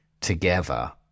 together